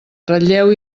ratlleu